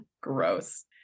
gross